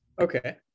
okay